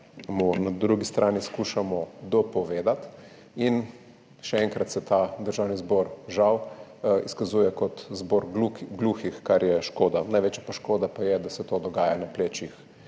na drugi strani skušamo dopovedati. Še enkrat se ta državni zbor žal izkazuje kot zbor gluhih, kar je škoda. Največja škoda pa je, da se to dogaja na plečih